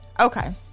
Okay